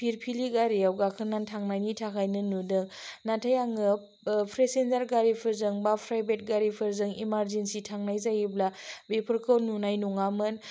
फिरफिलि गारियाव गाखोनानै थांनायनि थाखायनो नुदों नाथाय आङो प्रेसेनजार गारिफोरजों बा प्राइभेट गारिफोरजों इमारजिनसि थांनाय जायोब्ला बेफोरखौ नुनाय नङामोन